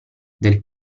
del